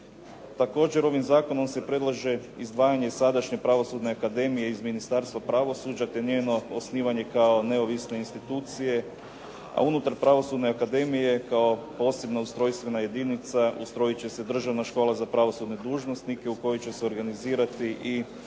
Također, ovim zakonom se predlaže izdvajanje sadašnje Pravosudne akademije iz Ministarstva pravosuđa, te njeno osnivanje kao neovisne institucije, a unutar Pravosudne akademije kao posebna ustrojstvena jedinica ustrojit će se Državna škola za pravosudne dužnosnike u kojoj će se organizirati i